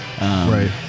Right